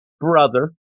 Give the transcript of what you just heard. brother